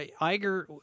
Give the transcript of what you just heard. Iger